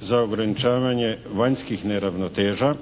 za ograničavanje vanjskih neravnoteža